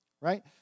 right